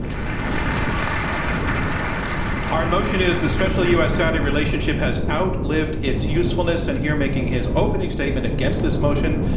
our motion is, the special u. s. saudi relationship has outlived its usefulness. and here making his opening statement against this motion,